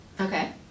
Okay